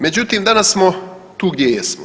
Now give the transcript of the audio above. Međutim, danas smo tu gdje jesmo.